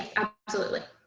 absolutely.